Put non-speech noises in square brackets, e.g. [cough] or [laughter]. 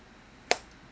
[noise]